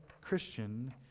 Christian